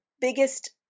biggest